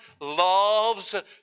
loves